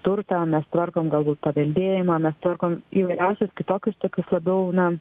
turtą mes tvarkom galbūt paveldėjimą mes tvarkom įvairiausius kitokius tokius labiau na